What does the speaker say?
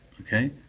Okay